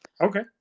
Okay